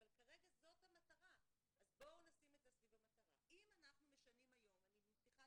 אבל כרגע זאת המטרה אז בואו נשים את זה סביב המטרה.